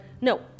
no